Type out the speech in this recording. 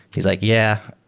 he's like, yeah.